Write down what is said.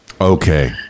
Okay